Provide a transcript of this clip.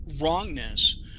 wrongness